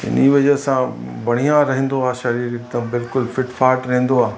इन वजह सां बढ़िया रहंदो आहे शरीर हिकदमि बिल्कुलु फिट फाट रहंदो आहे